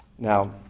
Now